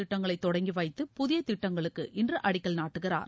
திட்டங்களை தொடங்கி வைத்து புதிய திட்டங்களுக்கு இன்று அடிக்கல் நாட்டுகிறார்